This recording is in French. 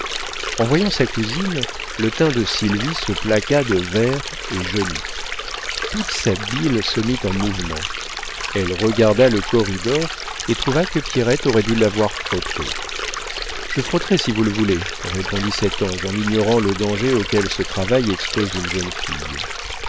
en voyant sa cousine le teint de sylvie se plaqua de vert et jaunit toute sa bile se mit en mouvement elle regarda le corridor et trouva que pierrette aurait dû l'avoir frotté je frotterai si vous le voulez répondit cet ange en ignorant le danger auquel ce travail expose une jeune fille